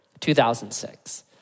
2006